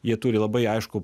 jie turi labai aiškų